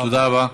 תודה רבה.